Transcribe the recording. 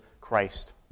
Christ